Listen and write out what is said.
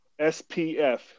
SPF